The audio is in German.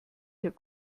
der